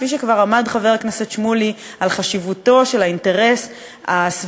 כפי שכבר עמד חבר הכנסת שמולי על חשיבותו של האינטרס הסביבתי